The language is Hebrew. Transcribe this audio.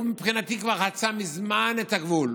הוא מבחינתי כבר חצה מזמן את הגבול,